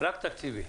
רק תקציביים.